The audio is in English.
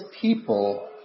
people